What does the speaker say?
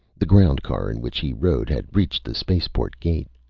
the ground car in which he rode had reached the spaceport gate.